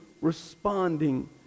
responding